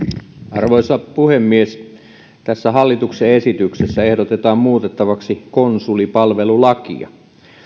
arvoisa puhemies tässä hallituksen esityksessä ehdotetaan muutettavaksi konsulipalvelulakia